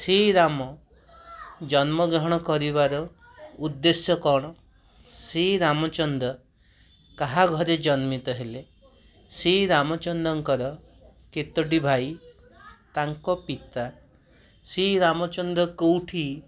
ଶ୍ରୀରାମ ଜନ୍ମଗ୍ରହଣ କରିବାର ଉଦ୍ଦେଶ୍ୟ କ'ଣ ଶ୍ରୀରାମଚନ୍ଦ୍ର କାହା ଘରେ ଜନ୍ମିତ ହେଲେ ଶ୍ରୀରାମଚନ୍ଦ୍ରଙ୍କର କେତୋଟି ଭାଇ ତାଙ୍କ ପିତା ଶ୍ରୀରାମଚନ୍ଦ୍ର କେଉଁଠି